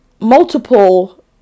multiple